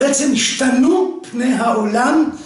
בעצם השתנו פני העולם